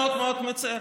שעתיים אי-אפשר לשרוד?